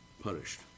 punished